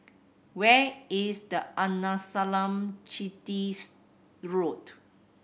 where is the Arnasalam Chettys Road